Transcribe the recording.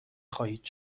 خواهید